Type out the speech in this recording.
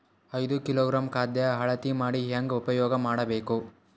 ಐದು ಕಿಲೋಗ್ರಾಂ ಖಾದ್ಯ ಅಳತಿ ಮಾಡಿ ಹೇಂಗ ಉಪಯೋಗ ಮಾಡಬೇಕು?